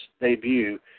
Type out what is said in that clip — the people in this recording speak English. debut